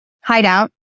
hideout